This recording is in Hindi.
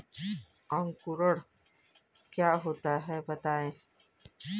अंकुरण क्या होता है बताएँ?